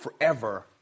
forever